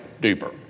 deeper